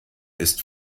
ist